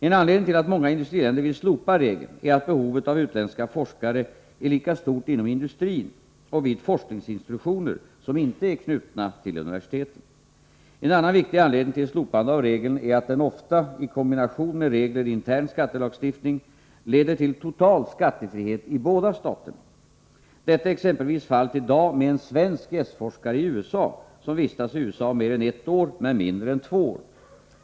En anledning till att många industriländer vill slopa regeln är att behovet av utländska forskare är lika stort inom industrin och vid forskningsinstitutioner som inte är knutna till universiteten. En annan viktig anledning till slopande av regeln är att den ofta, i kombination med regler i intern skattelagstiftning, leder till total skattefrihet i båda staterna. Detta är exempelvis fallet i dag med en svensk gästforskare i USA som vistas i USA mer än ett år men mindre än två år.